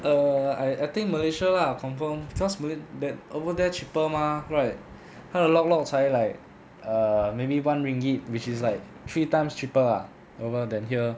err I I think malaysia lah confirm cause mal~ there over there cheaper mah right 他的 lok lok 才 like err maybe one ringgit which is like three times cheaper ah over than here